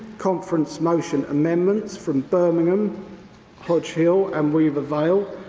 conference motion amendments from birmingham hodge hill and weaver vale.